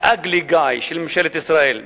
ה-ugly guy של ממשלת ישראל,